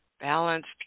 balanced